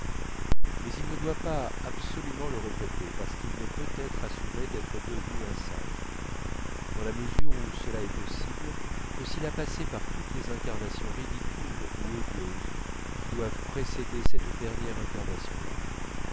mais il ne doit pas absolument le regretter parce qu'il ne peut être assuré d'être devenu un sage dans la mesure où cela est possible que s'il a passé par toutes les incarnations ridicules ou odieuses qui doivent précéder cette dernière incarnation là